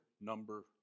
number